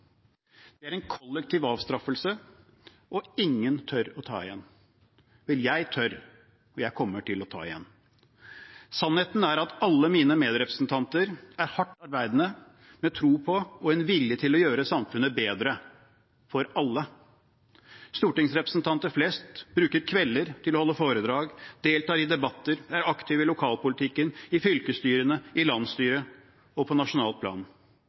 Det er en kollektiv avstraffelse, og ingen tør å ta igjen. Men jeg tør – og jeg kommer til å ta igjen. Sannheten er at alle mine medrepresentanter er hardt arbeidende representanter med tro på og vilje til å gjøre samfunnet bedre for alle. Stortingsrepresentanter flest bruker kvelder til å holde foredrag, delta i debatter, være aktive i lokalpolitikken, i fylkesstyrer, landsstyrer og på nasjonalt plan.